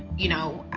you know,